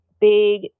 big